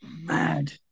mad